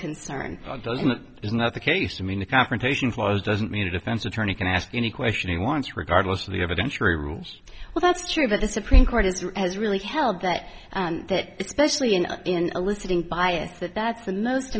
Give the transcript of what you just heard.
concern is not the case i mean the confrontation clause doesn't mean a defense attorney can ask any question he wants regardless of the evidence rooms well that's true but the supreme court is has really held that that especially in in eliciting bias that that's the most